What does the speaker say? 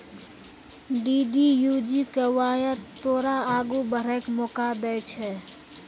DDU GKY तोरा आगू बढ़ै के मौका दै छै